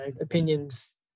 opinions